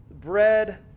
bread